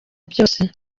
byose